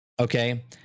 okay